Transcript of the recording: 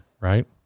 Right